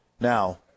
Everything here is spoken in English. Now